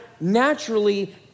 naturally